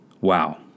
Wow